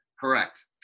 Correct